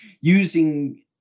using